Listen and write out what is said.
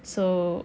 so